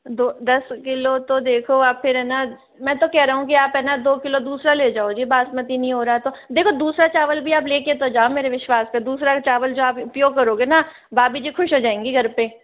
दो दस किलो तो देखो आप फिर है ना मैं तो कह रहा हूँ की आप है ना दो किलो दूसरा ले जाओ जी बासमती नहीं हो रहा है तो देखो दूसरा चावल भी आप लेके तो जाओ मेरे विश्वास पे दूसरा चावल जो आप उपयोग करोगे ना भाभी जी खुश हो जाएंगी घर पे